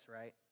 right